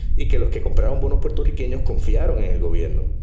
ah que los que compraron bonos puertorriquenos confiaron en el gobierno.